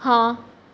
ਹਾਂ